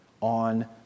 on